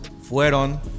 fueron